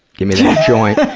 give me that joint.